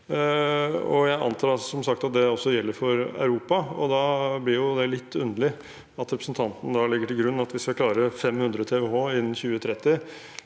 som sagt, at det også gjelder for Europa. Da blir det litt underlig at representanten legger til grunn at vi skal klare 500 TWh innen 2030